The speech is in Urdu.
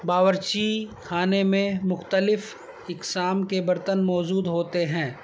باورچی خانے میں مختلف اقسام کے برتن موجود ہوتے ہیں